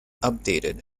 updated